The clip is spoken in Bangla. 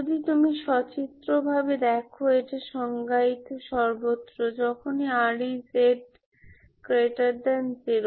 যদি তুমি সচিত্রভাবে দেখ এটা সংজ্ঞায়িত সর্বত্র যখনই Rez0